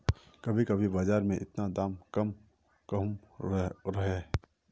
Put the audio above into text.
कभी कभी बाजार में इतना दाम कम कहुम रहे है?